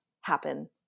happen